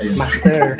master